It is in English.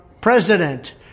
president